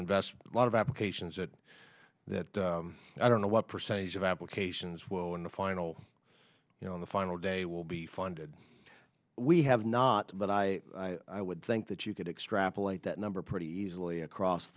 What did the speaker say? invest a lot of applications that that i don't know what percentage of applications will in the final you know in the final day will be funded we have not but i i would think that you could extrapolate that number pretty easily across